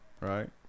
Right